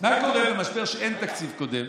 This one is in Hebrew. מה קורה במשבר שאין בו תקציב קודם?